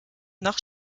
nach